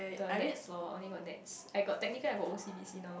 the nets loh only got nets I got technical I got O_C_B_C now